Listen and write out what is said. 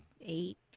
Eight